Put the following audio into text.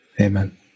Amen